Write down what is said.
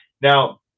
Now